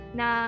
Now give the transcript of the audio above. na